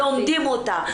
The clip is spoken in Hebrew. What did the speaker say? לומדים אותה,